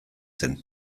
zen